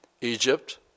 Egypt